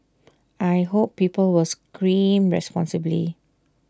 I hope people will scream responsibly